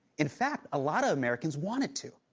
in fact, a lot of americans wanted to,